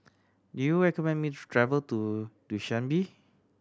do you recommend me to travel to Dushanbe